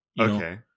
Okay